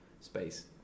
space